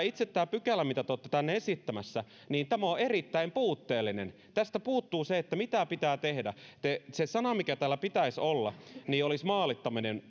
itse tämä pykälä mitä te olette tänne esittämässä on erittäin puutteellinen tästä puuttuu se mitä pitää tehdä se sana mikä täällä pitäisi olla olisi maalittaminen